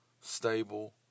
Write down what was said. stable